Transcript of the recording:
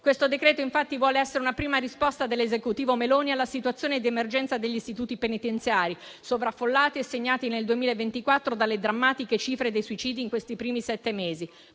Questo provvedimento, infatti, vuole essere una prima risposta dell'Esecutivo Meloni alla situazione di emergenza degli istituti penitenziari sovraffollati e segnati nel 2024 dalle drammatiche cifre dei suicidi in questi primi sette mesi,